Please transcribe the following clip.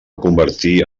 convertir